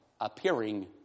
appearing